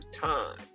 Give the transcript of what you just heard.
time